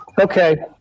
Okay